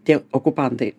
tie okupantai